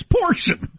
portion